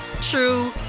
true